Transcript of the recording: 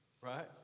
right